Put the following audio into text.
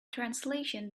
translation